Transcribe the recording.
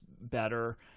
better